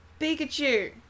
Pikachu